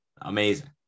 Amazing